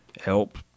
help